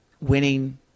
winning